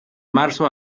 marzo